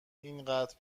اینقدر